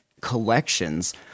collections